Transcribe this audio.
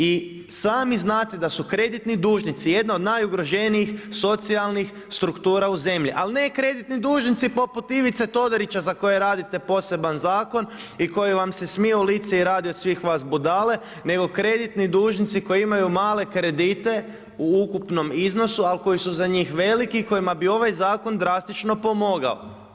I sami znate da su kreditni dužnici jedna od najugroženijih socijalnih struktura u zemlji, ali ne kreditni dužnici poput Ivice Todorića za koje radite poseban zakon i koji vam se smije u lice i radi od svih vas budale, nego kreditni dužnici koji imaju male kredite u ukupnom iznosu, ali koji su za njih veliki i kojima bi ovaj zakon drastično pomogao.